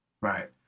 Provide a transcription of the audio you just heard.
Right